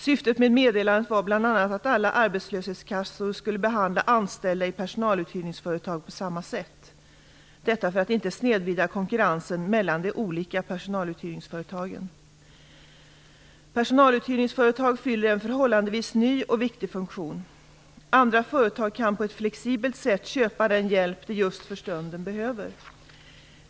Syftet med meddelandet var bl.a. att alla arbetslöshetskassor skulle behandla anställda i personaluthyrningsföretag på samma sätt - detta för att inte snedvrida konkurrensen mellan de olika personaluthyrningsföretagen. Personaluthyrningsföretag fyller en förhållandevis ny och viktig funktion. Andra företag kan på ett flexibelt sätt köpa den hjälp de just för stunden behöver.